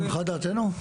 הונחה דעתנו?